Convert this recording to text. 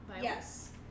Yes